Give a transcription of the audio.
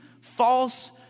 False